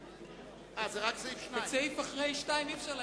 על אחרי סעיף 2 אי-אפשר להצביע.